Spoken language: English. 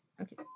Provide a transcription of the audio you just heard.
Okay